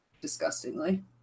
disgustingly